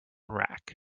rack